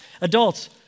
Adults